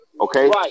Okay